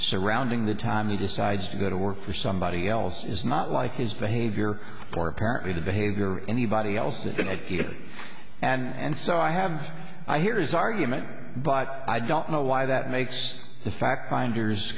surrounding the time he decides to go to work for somebody else is not like his behavior or apparently the behavior or anybody else is in a d d and so i have i hear his argument but i don't know why that makes the fact finders